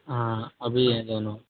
हाँ अभी हैं दोनों